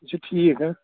یہِ چھُ ٹھیٖک حظ